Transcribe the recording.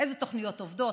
אילו תוכניות עובדות?